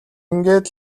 ингээд